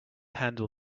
handle